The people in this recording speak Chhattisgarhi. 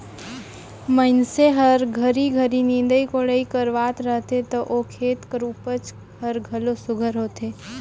मइनसे हर घरी घरी निंदई कोड़ई करवात रहथे ता ओ खेत कर उपज हर घलो सुग्घर होथे